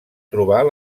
trobar